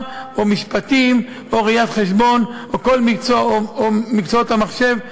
או משפטים או ראיית-חשבון או מקצועות המחשב,